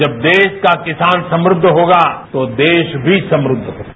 जब देश का किसान समृद्ध होगा तो देश भी समृद्द होगा